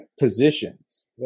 positions